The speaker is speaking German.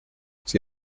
sie